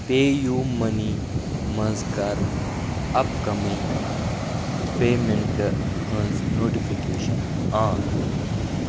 پے U money منٛٛز کَر upcoming پیمنٹہٕ ہٕنٛز نوٹفکیشن آن